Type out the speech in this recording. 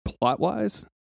plot-wise